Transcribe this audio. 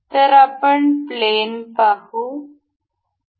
तर आपण प्लेन पाहू